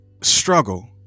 struggle